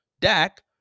Dak